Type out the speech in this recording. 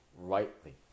rightly